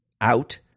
out